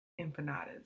empanadas